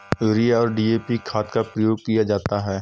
urea और DAP खाद का प्रयोग किया जाता है